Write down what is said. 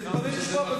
תתפלאי לשמוע.